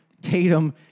Tatum